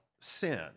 sin